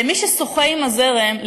למי ששוחה עם הזרם,